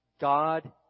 God